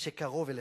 שקרוב אליכם.